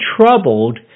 troubled